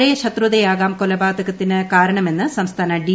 പഴയ ശത്രുതയാകാം കൊലപാതകത്തിന് കാരണമെന്ന് സംസ്ഥാന ഡി